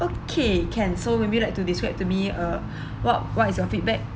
okay can so maybe you like to describe to me uh what what is your feedback